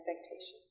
expectation